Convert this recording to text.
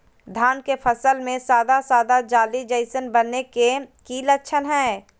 धान के फसल में सादा सादा जाली जईसन बने के कि लक्षण हय?